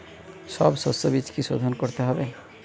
সব শষ্যবীজ কি সোধন করতে হবে?